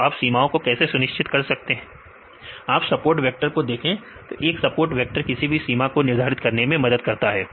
तो आप सीमाओं को कैसे सुनिश्चित कर सकते हैं आप सपोर्ट वेक्टर को देखें तो एक सपोर्ट वेक्टर किसी भी सीमा को निर्धारित करने में मदद करता है